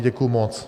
Děkuji moc.